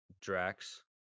Drax